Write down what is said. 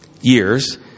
years